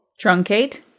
Truncate